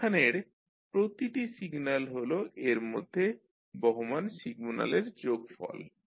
এখানের প্রতিটি সিগন্যাল হল এর মধ্যে বহমান সিগন্যালের যোগফল